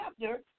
chapter